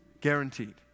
Guaranteed